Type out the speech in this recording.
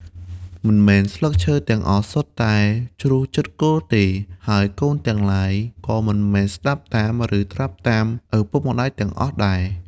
មិនមែនស្លឹកឈើទាំងអស់សុទ្ធតែជ្រុះជិតគល់ទេ ហើយកូនទាំងឡាយក៏មិនមែនស្ដាប់តាម ឬត្រាប់តាមឱពុកម្ដាយទាំងអស់ដែរ។